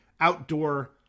outdoor